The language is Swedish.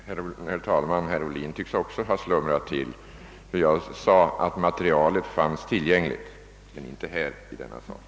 Herr talman! Herr Ohlin tycks också ha slumrat till. Jag sade nämligen, att materialet fanns tillgängligt men inte här i denna sal.